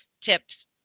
tips